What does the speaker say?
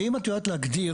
האם את יודעת להגדיר,